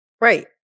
Right